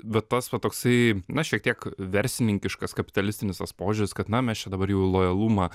vat tas vat toksai na šiek tiek verslininkiškas kapitalistinis tas požiūris kad na mes čia dabar jau lojalumą